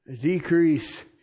decrease